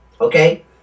Okay